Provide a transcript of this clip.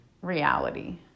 reality